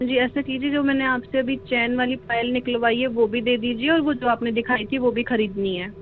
जी ऐसा कीजिए जो मैंने आपसे अभी चेन वाली पायल निकलवाई है वह भी दे दीजिये और वह जो आपने दिखाई थी वह भी खरीदनी है